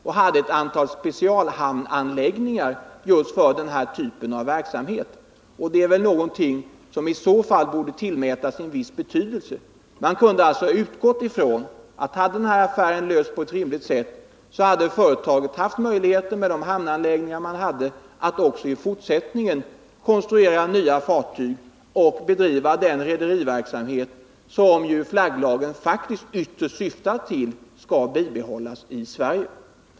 Företaget hade specialhamnanläggningar just för denna typ av verksamhet. Det är väl någonting som borde tillmätas en viss betydelse. Vi kan alltså utgå ifrån att hade affären genomförts på en rimligt sätt så hade företaget haft möjlighet — med de hamnanläggningar det hade — att också i fortsättningen konstruera nya fartyg och bedriva den rederiverksamhet som — vilket ju flagglagen faktiskt ytterst syftar till — skall bibehållas i Sverige.